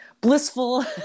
blissful